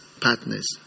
partners